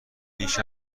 بیش